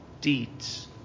deeds